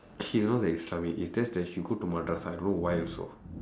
she is not that islamic it's just that she go to madrasah I don't know why also